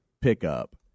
pickup